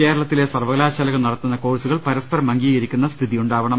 കേരളത്തിലെ സർവകലാശാലകൾ നടത്തുന്ന കോഴ്സുകൾ പരസ്പരം അംഗീകരിക്കുന്ന സ്ഥിതി യുണ്ടാവണം